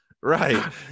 Right